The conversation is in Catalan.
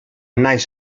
naix